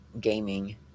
gaming